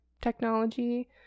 technology